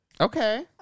Okay